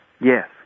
Yes